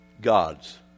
God's